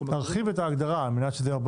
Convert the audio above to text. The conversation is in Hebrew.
להרחיב את ההגדרה על מנת שזה יהיה הרבה